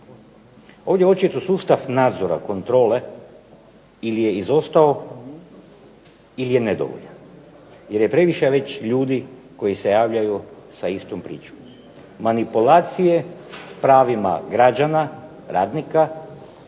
Ovdje očito sustav nadzora, kontrole ili je izostao ili je nedovoljan jer je previše već ljudi koji se javljaju sa istom pričom. Manipulacije s pravima građana, radnika